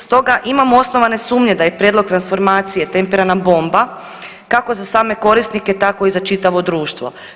Stoga imamo osnovano sumnje da je prijedlog transformacije tempirana bomba kako za same korisnike tako i za čitavo društvo.